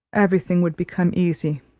everything would become easy.